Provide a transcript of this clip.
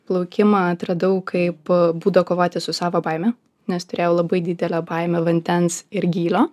plaukimą atradau kaip būdą kovoti su savo baime nes turėjau labai didelę baimę vandens ir gylio